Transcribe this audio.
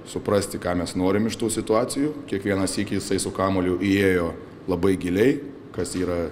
suprasti ką mes norim iš tų situacijų kiekvieną sykį jisai su kamuoliu įėjo labai giliai kas yra